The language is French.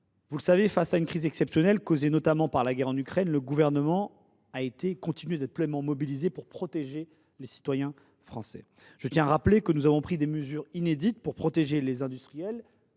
loyer modéré. Face à une crise exceptionnelle, causée notamment par la guerre en Ukraine, le Gouvernement continue d’être pleinement mobilisé pour protéger les citoyens français. Je tiens à rappeler que nous avons pris des mesures inédites pour protéger les industriels